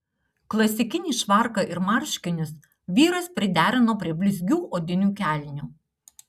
klasikinį švarką ir marškinius vyras priderino prie blizgių odinių kelnių